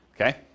okay